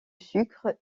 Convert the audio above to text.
sucre